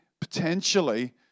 potentially